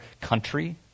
country